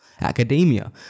academia